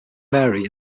mary